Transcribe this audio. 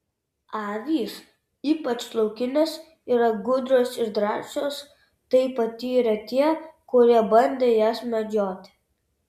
avys ypač laukinės yra gudrios ir drąsios tai patyrė tie kurie bandė jas medžioti